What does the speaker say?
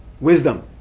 wisdom